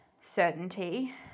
certainty